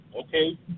Okay